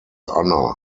honor